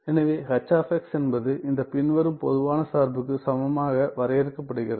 எனவே H என்பது இந்த பின்வரும் பொதுவான சார்புக்கு சமமாக வரையறுக்கப்படுகிறது